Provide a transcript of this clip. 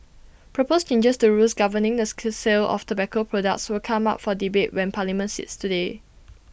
proposed changes to rules governing the school sale of tobacco products will come up for debate when parliament sits today